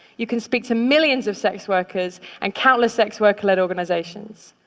you can speak to millions of sex workers and countless sex work-led organizations.